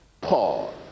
Paul